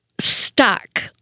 stuck